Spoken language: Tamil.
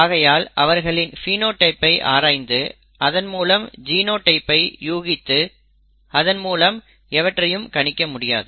ஆகையால் அவர்களின் பினோடைப் ஐ ஆராய்ந்து அதன் மூலம் ஜினோடைப் ஐ யூகித்து அதன் மூலம் எவற்றையும் கணிக்க முடியாது